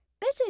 Better